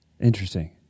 Interesting